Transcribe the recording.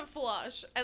flush